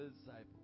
disciple